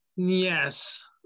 Yes